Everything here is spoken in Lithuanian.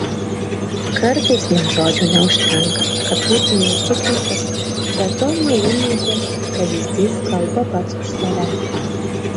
kartais vien žodžių neužtenka kad būtumei įtikintas bet tomo rimydžio pavyzdys kalba pats už save